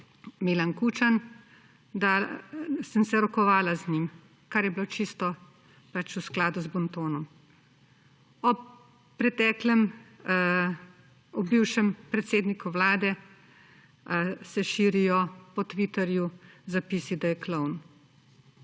Milan Kučan, rokovala z njim, kar je bilo čisto v skladu z bontonom. O bivšem predsedniku Vlade se širijo po Twitterju zapisi, da je klovn.